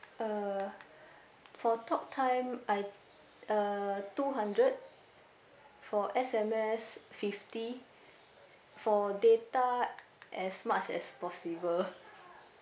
uh for talk time I uh two hundred for S_M_S fifty for data as much as possible